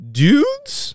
dudes